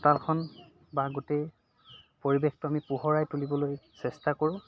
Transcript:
চোতালখন বা গোটেই পৰিৱেশটো আমি পোহৰাই তুলিবলৈ চেষ্টা কৰোঁ